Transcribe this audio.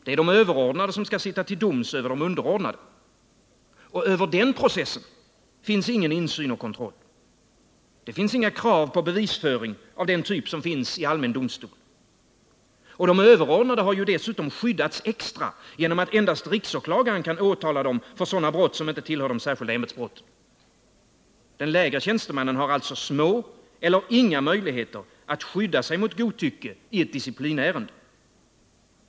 Det är de överordnade som skall sitta till doms över de underordnade. Och över den processen finns ingen insyn och kontroll. Det finns inga krav på bevisföring av den typ som finns i allmän domstol. Och de överordnade har ju dessutom skyddats extra genom att endast riksåklagaren kan åtala dem för sådana brott som inte tillhör de särskilda ämbetsbrotten. De lägre tjänstemännen har alltså små eller inga möjligheter att skydda sig mot godtycke i ett disciplinärende.